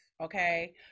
Okay